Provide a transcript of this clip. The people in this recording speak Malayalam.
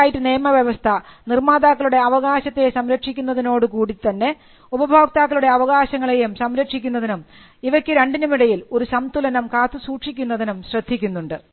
കോപ്പിറൈറ്റ് നിയമവ്യവസ്ഥ നിർമ്മാതാക്കളുടെ അവകാശത്തെ സംരക്ഷിക്കുന്നതിനോടുകൂടി തന്നെ ഉപഭോക്താക്കളുടെ അവകാശങ്ങളെയും സംരക്ഷിക്കുന്നതിനും ഇവയ്ക്കു രണ്ടിനുമിടയിൽ ഒരു സന്തുലനം കാത്തുസൂക്ഷിക്കുന്നതിനും ശ്രദ്ധിക്കുന്നുണ്ട്